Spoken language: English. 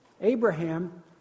Abraham